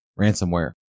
ransomware